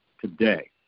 today